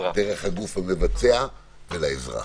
דרך הגוף המבצע ולאזרח.